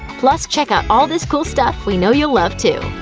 plus check out all this cool stuff we know you'll love, too!